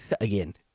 Again